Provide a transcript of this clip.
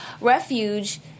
refuge